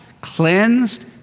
cleansed